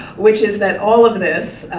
which is that all of this,